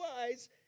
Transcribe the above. eyes